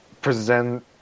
present